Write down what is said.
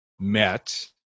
met